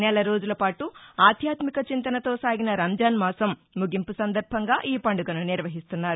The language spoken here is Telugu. నెలరోజులపాటు ఆధ్యాత్మిక చింతనతో సాగిన రంజాన్ మాసం ముగింపు సందర్భంగా ఈ పండుగను నిర్వహిస్తున్నారు